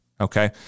okay